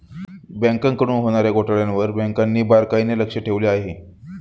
बँकांकडून होणार्या घोटाळ्यांवर बँकांनी बारकाईने लक्ष ठेवले आहे